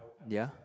ya